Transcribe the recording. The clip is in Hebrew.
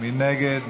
מי נגד?